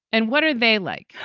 and what are they like?